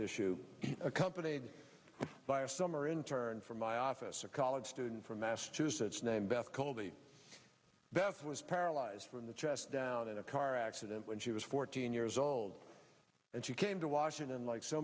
issue accompanied by a summer intern from my office a college student from massachusetts named beth colby beth was paralyzed from the chest down in a car accident when she was fourteen years old and she came to washington like so